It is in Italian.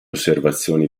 osservazioni